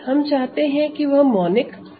हम चाहते हैं कि वह मोनिक बने